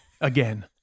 again